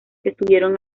estuvieron